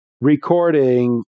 recording